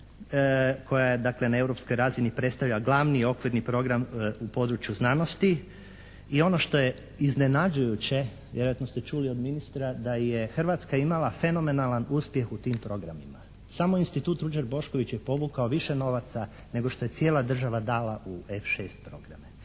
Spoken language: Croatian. koja je dakle na europskoj razini predstavljala glavni i okvirni program u području znanosti. I ono što je iznenađujuće, vjerojatno ste čuli od ministra, da je Hrvatska imala fenomenalan uspjeh u tim programima. Samo institut "Ruđer Bošković" je povukao više novaca nego što je cijela država dala u F6 programe.